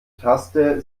taste